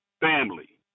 Family